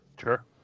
Sure